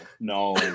No